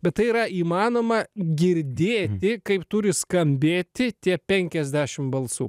bet tai yra įmanoma girdėti kaip turi skambėti tie penkiasdešimt balsų